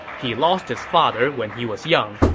he lost his father when he was young,